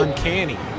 Uncanny